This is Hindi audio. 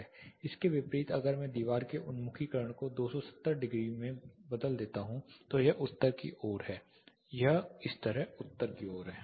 इसके विपरीत अगर मैं इस दीवार के उन्मुखीकरण को 270 डिग्री में बदल देता हूं तो यह उत्तर की ओर है इस तरह उत्तर है